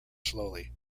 slowly